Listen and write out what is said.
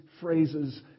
phrases